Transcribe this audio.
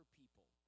people